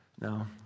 No